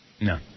No